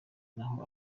naho